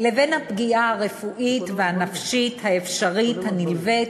לבין הפגיעה הרפואית והנפשית האפשרית הנלווית